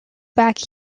back